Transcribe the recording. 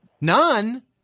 None